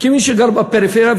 כמי שגר בפריפריה,